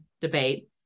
debate